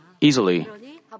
easily